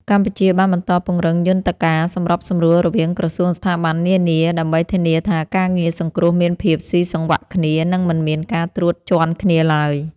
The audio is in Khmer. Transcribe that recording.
កម្ពុជាបានបន្តពង្រឹងយន្តការសម្របសម្រួលរវាងក្រសួងស្ថាប័ននានា ដើម្បីធានាថាការងារសង្គ្រោះមានភាពស៊ីសង្វាក់គ្នា និងមិនមានការត្រួតជាន់គ្នាឡើយ។